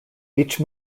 each